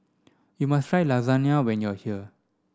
you must try Lasagna when you are here